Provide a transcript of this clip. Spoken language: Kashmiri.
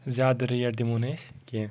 زیادٕ ریٹ دِمو نہٕ أسۍ کینٛہہ